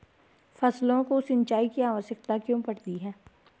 फसलों को सिंचाई की आवश्यकता क्यों पड़ती है?